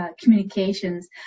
communications